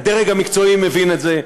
הדרג המקצועי מבין את זה,